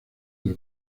del